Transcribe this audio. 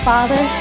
Father